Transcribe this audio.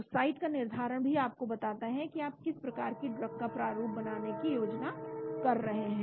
तो साइट का निर्धारण भी आपको बताता है कि आप किस प्रकार की ड्रग का प्रारुप बनाने की योजना कर रहे हैं